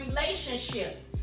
relationships